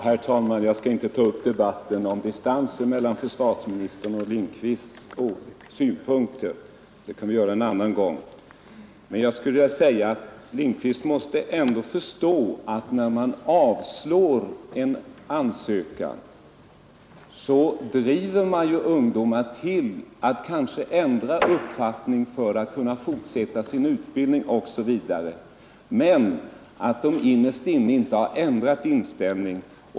Herr talman! Jag skall inte ta upp debatt om distansen mellan försvarsministerns och herr Lindkvists synpunkter. Det kan vi göra en annan gång. Men jag skulle vilja säga att herr Lindkvist måste ändå förstå att man ju, när man avslår en ansökan, driver ungdomar till att kanske ändra uppfattning för att kunna fortsätta sin utbildning osv., fastän de innerst inne inte har ändrat inställning.